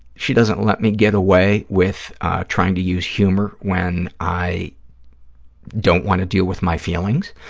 she doesn't let me get away with trying to use humor when i don't want to deal with my feelings.